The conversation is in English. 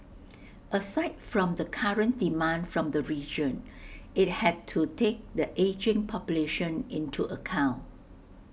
aside from the current demand from the region IT had to take the ageing population into account